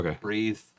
breathe